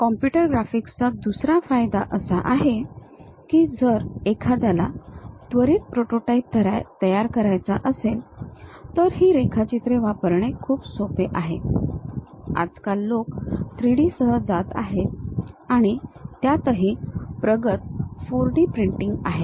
या कॉम्प्युटर ग्राफिक्सचा दुसरा फायदा असा आहे की जर एखाद्याला त्वरीत प्रोटोटाइप तयार करायचा असेल तर ही रेखाचित्रे वापरणे खूप सोपे आहे आजकाल लोक 3D सह जात आहेत आणि त्यातही प्रगत 4D प्रिंटिंग आहे